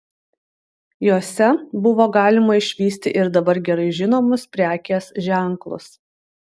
jose buvo galima išvysti ir dabar gerai žinomus prekės ženklus